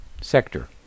sector